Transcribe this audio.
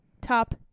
top